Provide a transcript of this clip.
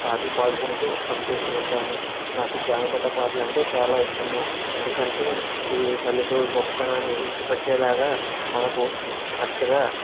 పాటలు పాడుకుంటూ పని చేస్తూ ఉంటాను నాకు జానపద పాటలు అంటే చాలా ఇష్టము ఎందుకంటే ఇవి పల్లెటూరి గొప్పతనాన్ని ఉట్టిపట్టేలాగా మనకు కరెక్టుగా